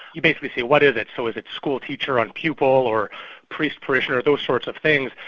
you basically say, what is it? so is it school teacher and pupil, or priest, parishioner, those sorts of things,